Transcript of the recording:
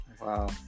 wow